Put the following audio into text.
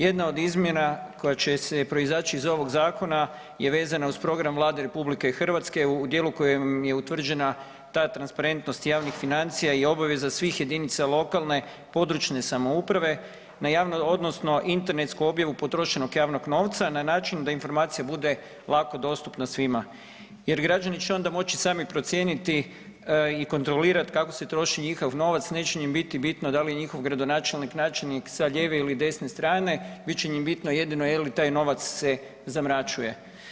Jedna od izmjena koja će proizaći iz ovog zakona je vezana uz program Vlade RH u dijelu u kojem je utvrđena ta transparentnost javnih financija i obaveza svih jedinice lokalne i područne samouprave odnosno internetsku objavu potrošenog javnog novca na način da informacija bude lako dostupna svima jer građani će onda moći sami procijeniti i kontrolirati kako se troši njihov novac, neće im biti bitno da li njihov gradonačelnik načelnik sa lijeve ili desne strane, bit će im bitno je li taj novac se zamračuje.